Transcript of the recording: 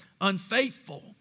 unfaithful